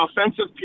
offensive